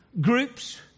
groups